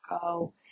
go